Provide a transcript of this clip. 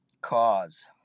cause